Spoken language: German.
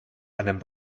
einem